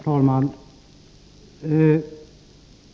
Herr talman!